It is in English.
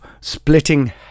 splitting